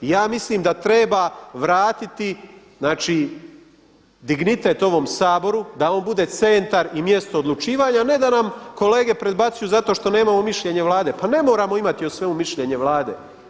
I ja mislim da treba vratiti znači dignitet ovom Saboru da on bude centar i mjesto odlučivanja a ne da nam kolega predbacuju zato što nemamo mišljenje Vlade, pa ne moramo imati o svemu mišljenje Vlade.